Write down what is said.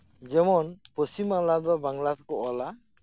ᱡᱮᱢᱚᱱ ᱯᱚᱥᱪᱤᱢ ᱵᱟᱝᱞᱟ ᱨᱮᱫᱚ ᱵᱟᱝᱞᱟ ᱛᱮᱠᱚ ᱚᱞᱟ